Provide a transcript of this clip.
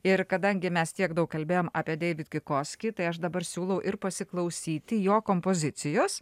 ir kadangi mes tiek daug kalbėjom apie deivid kikoski tai aš dabar siūlau ir pasiklausyti jo kompozicijos